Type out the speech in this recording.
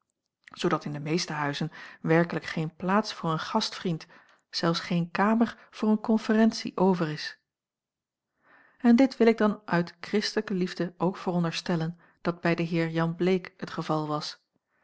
zoodat in de meeste huizen werkelijk geen plaats voor een gastvriend zelfs geen kamer voor een konferentie over is en dit wil ik dan uit kristelijke liefde ook veronderstellen dat bij den heer jan bleek az het geval was